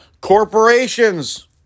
Corporations